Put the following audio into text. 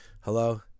hello